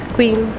Queen